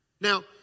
Now